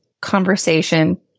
conversation